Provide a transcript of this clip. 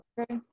okay